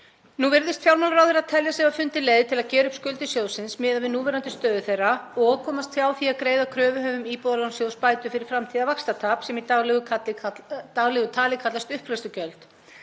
Nú virðist fjármálaráðherra telja sig hafa fundið leið til að gera upp skuldir sjóðsins miðað við núverandi stöðu þeirra og komast hjá því að greiða kröfuhöfum Íbúðalánasjóðs bætur fyrir framtíðarvaxtatap, sem í daglegu kalla í daglegu tali